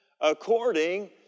according